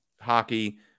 hockey